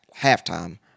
halftime